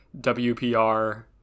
WPR